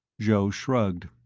joe shrugged.